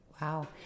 Wow